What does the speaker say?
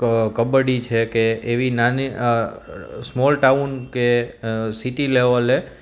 કબડ્ડી છે કે એવી નાની સ્મોલ ટાઉન કે સીટી લેવલે